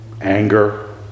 anger